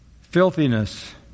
filthiness